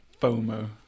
FOMO